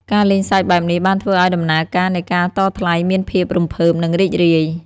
ការលេងសើចបែបនេះ បានធ្វើឲ្យដំណើរការនៃការតថ្លៃមានភាពរំភើប និងរីករាយ។